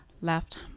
left